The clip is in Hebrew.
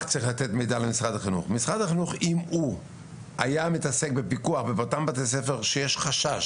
אם משרד החינוך היה עוסק בפיקוח באותם בתי ספר שיש בהם חשש